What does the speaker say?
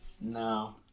No